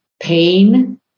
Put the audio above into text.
pain